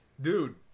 Dude